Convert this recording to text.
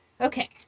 Okay